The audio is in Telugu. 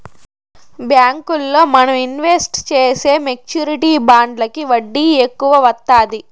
బ్యాంకుల్లో మనం ఇన్వెస్ట్ చేసే మెచ్యూరిటీ బాండ్లకి వడ్డీ ఎక్కువ వత్తాది